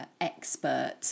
expert